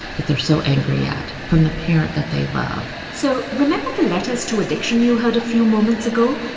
that they're so angry at, from the parent that they love so remember the letters to addiction you heard a few moments ago?